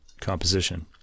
composition